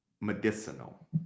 medicinal